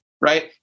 right